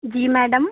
जी madam